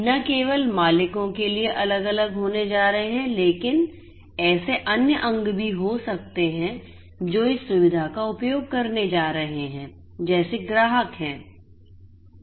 न केवल मालिकों के लिए अलग अलग होने जा रहे हैं लेकिन ऐसे अन्य अंग भी हो सकते हैं जो इस सुविधा का उपयोग करने जा रहे हैं जैसे ग्राहक हैं